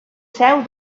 seu